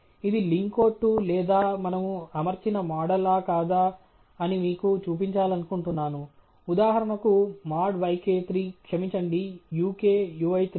ఇది లింకో2 లేదా మనము అమర్చిన మోడల్ ఆ కాదా అని మీకు చూపించాలనుకుంటున్నాను ఉదాహరణకు modyk3 క్షమించండి uk uy3